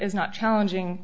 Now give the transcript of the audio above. is not challenging